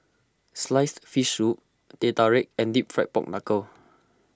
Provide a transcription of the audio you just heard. Sliced Fish Soup Teh Tarik and Deep Fried Pork Knuckle